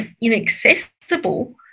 inaccessible